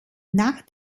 nach